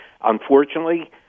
Unfortunately